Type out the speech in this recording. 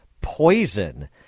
poison